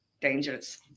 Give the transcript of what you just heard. Dangerous